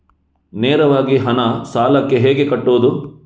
ನೇರವಾಗಿ ಹಣ ಸಾಲಕ್ಕೆ ಹೇಗೆ ಕಟ್ಟುವುದು?